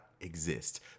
exist